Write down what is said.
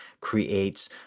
creates